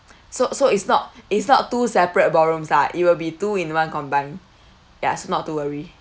so so it's not it's not two separate bathrooms lah it will be two in one combined ya so not to worry